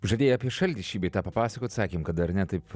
žaidėjai apie šaltį šį bei tą papasakoti sakėm kad ar ne taip